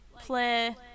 play